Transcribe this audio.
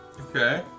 Okay